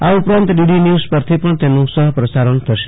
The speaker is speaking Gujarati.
આ ઉપરાંત ડીડી ન્યુઝ પરથી પણ તેનું સહ પ્રસારણ થશે